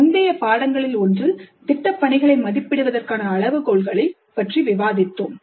முந்தைய பாடங்களில் ஒன்றில் திட்டப்பணிகளை மதிப்பிடுவதற்கான அளவுகோல்களை பற்றி விவாதித்தோம்